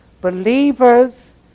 believers